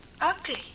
ugly